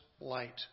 light